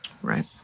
Right